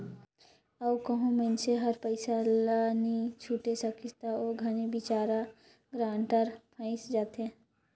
अउ कहों मइनसे हर पइसा ल नी छुटे सकिस ता ओ घनी बिचारा गारंटर फंइस जाथे